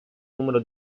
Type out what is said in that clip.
numero